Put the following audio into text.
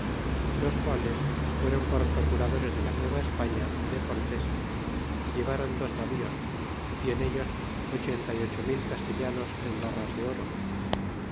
los quales fueron por procuradores de la nueva españa y de cortes y ileváron dos navíos y en ellos ochenta y ocho mil castellanos enbarras de oro